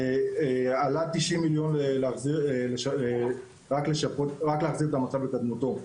עלה 90 מיליון רק כדי להחזיר את המצב לקדמותו.